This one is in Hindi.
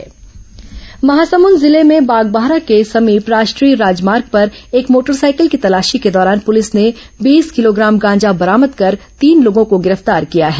गांजागुटखा जब्त महासमुद जिले में बागबाहरा के समीप राष्ट्रीय राजमार्ग पर एक मोटरसाइकिल की तलाशी के दौरान पूलिस ने बीसे किलोग्राम गांजा बरामद कर तीन लोगों को गिरफ्तार किया है